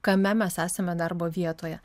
kame mes esame darbo vietoje